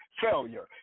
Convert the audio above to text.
failure